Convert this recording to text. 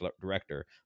director